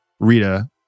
Rita